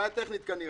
זו בעיה טכנית, כנראה.